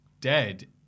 dead